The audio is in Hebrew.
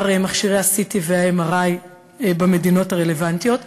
מכשירי ה-CT וה-MRI במדינות הרלוונטיות.